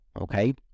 Okay